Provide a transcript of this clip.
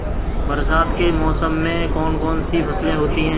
बरसात के मौसम में कौन कौन सी फसलें होती हैं?